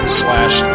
slash